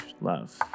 love